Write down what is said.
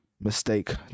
mistake